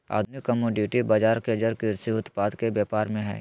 आधुनिक कमोडिटी बजार के जड़ कृषि उत्पाद के व्यापार में हइ